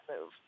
move